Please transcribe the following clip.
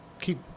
keep